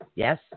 Yes